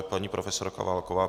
Paní profesorka Válková.